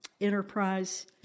enterprise